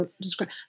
describe